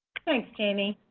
thanks, jaimie.